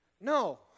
No